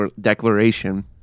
declaration